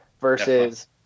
versus